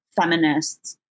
feminists